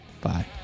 Bye